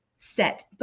Set